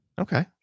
Okay